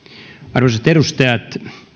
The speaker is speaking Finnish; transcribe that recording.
arvoisat edustajat